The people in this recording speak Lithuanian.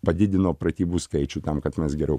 padidino pratybų skaičių tam kad mes geriau